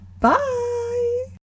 bye